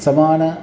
समानम्